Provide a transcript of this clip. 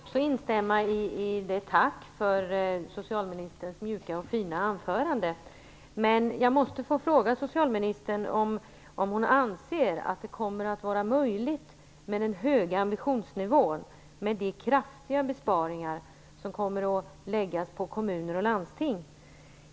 Herr talman! Jag vill också instämma i ett tack för socialministerns mjuka och fina anförande. Men jag måste få fråga socialministern om hon anser att det kommer att vara möjligt med den höga ambitionsnivån med de kraftiga besparingar som kommer att läggas på kommuner och landsting.